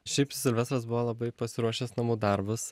šiaip silvestras buvo labai pasiruošęs namų darbus